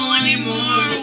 anymore